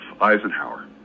Eisenhower